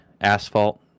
asphalt